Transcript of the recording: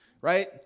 right